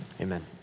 amen